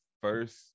first